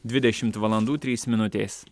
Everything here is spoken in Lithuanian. dvidešimt valandų trys minutės